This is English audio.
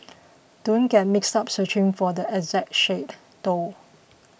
don't get mixed up searching for the exact shade though